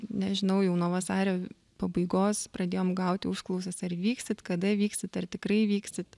nežinau jau nuo vasario pabaigos pradėjom gauti užklausas ar vyksit kada vyksit ar tikrai vyksit